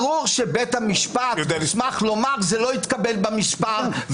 ברור שבית המשפט מוסמך לומר: זה לא התקבל במספר,